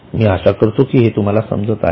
मी आशा करतो की तुम्हाला हे समजत आहे